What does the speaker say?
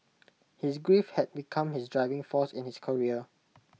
his grief had become his driving force in his career